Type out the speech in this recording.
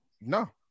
no